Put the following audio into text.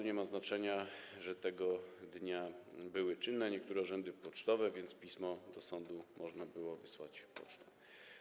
Nie ma znaczenia, że tego dnia były czynne niektóre urzędy pocztowe, więc pismo do sądu można było wysłać pocztą.